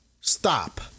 stop